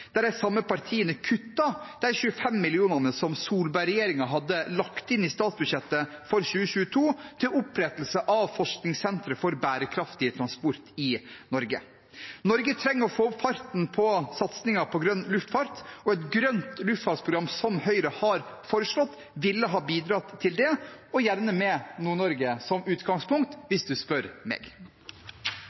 der de samme partiene kuttet de 25 millionene som Solberg-regjeringen hadde lagt inn i statsbudsjettet for 2022 til opprettelse av forskningssentre for bærekraftig transport i Norge. Norge trenger å få opp farten på satsingen på grønn luftfart, og et grønt luftfartsprogram, som Høyre har foreslått, ville ha bidratt til det – og gjerne med Nord-Norge som utgangspunkt, hvis du spør meg.